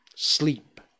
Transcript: Sleep